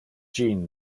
jeanne